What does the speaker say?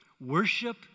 Worship